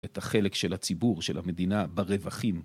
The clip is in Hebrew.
את החלק של הציבור של המדינה ברווחים